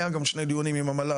היו גם שני דיונים עם המל"ל,